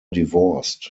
divorced